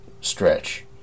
stretch